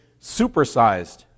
supersized